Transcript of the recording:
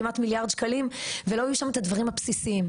כמעט מיליארד שקלים ולא יהיו שם את הדברים הבסיסיים.